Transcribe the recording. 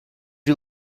you